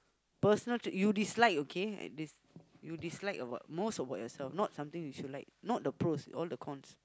personal trait you dislike okay y~ you dislike about most about yourself not something you should like not the pros all the cons